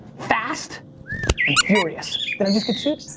fast and furious. did i just get sued?